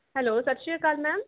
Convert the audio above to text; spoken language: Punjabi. ਹੈਲੋ ਸਤਿ ਸ਼੍ਰੀ ਅਕਾਲ ਮੈਮ